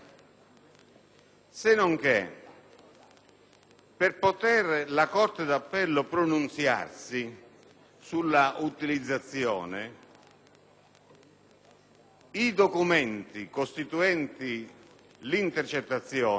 per poter la corte d'appello pronunziarsi sull'utilizzazione, i documenti costituenti l'intercettazione devono essere depositati